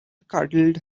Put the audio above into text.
cuddled